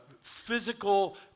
physical